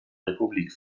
republik